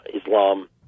Islam